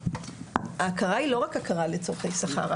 ההכרה היא לא רק לצרכי שכר.